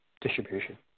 distribution